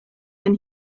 and